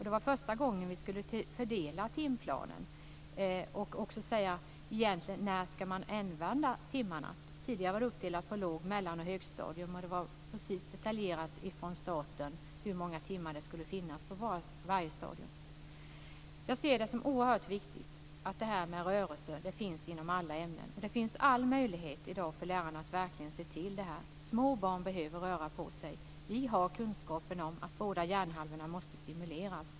Det var då fråga om att för första gången fördela timplanen. När ska timmarna ändras? Tidigare var de uppdelade på låg-, mellan och högstadium, och det var detaljerat från statens sida hur timmarna skulle fördelas på varje stadium. Jag ser det som oerhört viktigt att rörelse finns inom alla ämnen. Det finns all möjlighet för lärarna i dag att verkligen se till den saken. Små barn behöver röra sig på. Vi har kunskapen om att båda hjärnhalvorna måste stimuleras.